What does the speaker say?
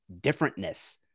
differentness